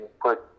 put